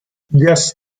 yes